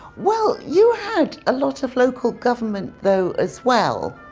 well, you had a lot of local government though as well,